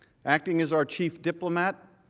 acting is our chief diplomat,